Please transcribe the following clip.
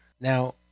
Now